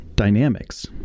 Dynamics